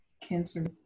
cancer